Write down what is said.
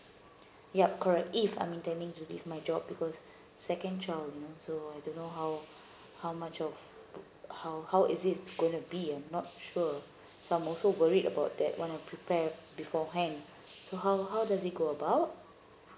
yup correct if I'm intending to leave my job because second child you know so I don't know how how much of how how is it gonna be I'm not sure so I'm also worried about that wanna prepared beforehand so how how does it go about